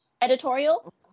editorial